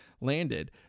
landed